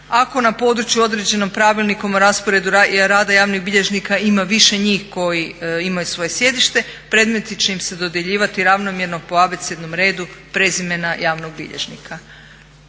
ako na području određenom pravilnikom o rasporedu rada javnih bilježnika ima više njih koji imaju svoje sjedište predmeti će im se dodjeljivati ravnomjerno po abecednom redu prezimena javnog bilježnika.